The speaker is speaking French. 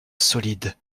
solide